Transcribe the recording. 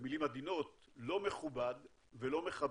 במילים עדינות, לא מכובד ולא מכבד,